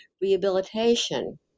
rehabilitation